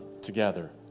together